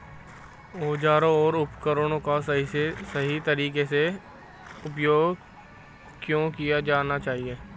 औजारों और उपकरणों का सही तरीके से उपयोग क्यों किया जाना चाहिए?